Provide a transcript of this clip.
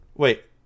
Wait